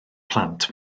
plant